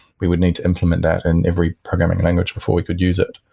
we would need to implement that in every programming language before we could use it.